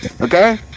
okay